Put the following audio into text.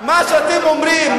מה שאתם אומרים,